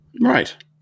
right